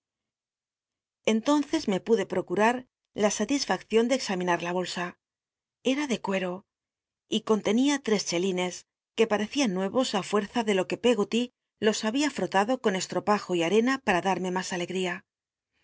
entonces me pude ptocut h la satisfaccion de examinat la bolsa eta de cuero y con tenia tres chelines que patecian nuevos á fuerza de lo que pcggoty los habia frotado con csttopajo y mcna para darme mas alegria